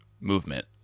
movement